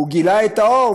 הוא גילה את האור,